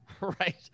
right